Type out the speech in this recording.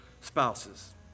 spouses